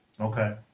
Okay